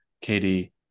Katie